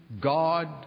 God